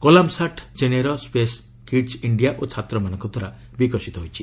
Kalam sat ଚେନ୍ନାଇର space kidz India ଓ ଛାତ୍ରମାନଙ୍କ ଦ୍ୱାରା ବିକଶିତ ହୋଇଛି